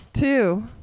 Two